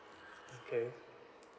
okay